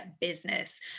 business